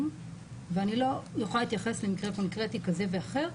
ואני לא אוכל להתייחס למקרה קונקרטי כזה ואחר,